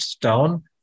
down